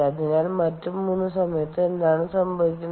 അതിനാൽ മറ്റ് മൂന്ന് സമയത്ത് എന്താണ് സംഭവിക്കുന്നത്